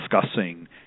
discussing